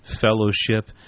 fellowship